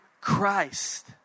Christ